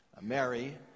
Mary